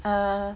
err